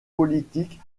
politique